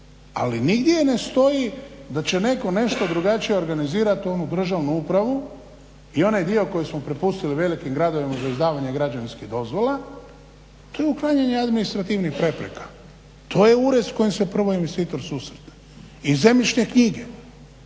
ali nigdje ne stoji da će netko nešto drugačije organizirati u onu državnu upravu i onaj dio koji smo propustili velikim gradovima za izdavanje građevinskih dozvola, to je uklanjanje administrativnih prepreka. To je ured s kojim se prvo investitor susretne i zemljišne knjige.